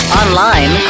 online